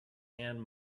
and